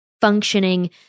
functioning